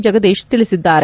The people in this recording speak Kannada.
ಜಗದೀಶ್ ತಿಳಿಸಿದ್ದಾರೆ